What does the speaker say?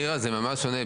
מירה, זה ממש שונה.